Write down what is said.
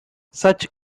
such